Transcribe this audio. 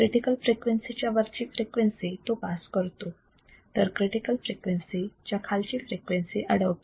critical frequency च्या वरची frequency तो पास करतो तर क्रिटिकल फ्रिक्वेन्सी च्या खालची फ्रिक्वेन्सी अडवतो